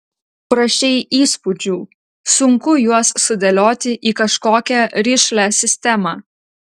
prašei įspūdžių sunku juos sudėlioti į kažkokią rišlią sistemą